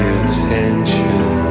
attention